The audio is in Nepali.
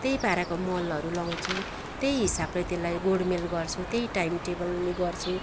त्यही पाराको मलहरू लाउँछु त्यही हिसाबले त्यसलाई गोडमेल गर्छु त्यही टाइम टेबलले गर्छु